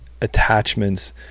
attachments